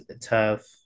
tough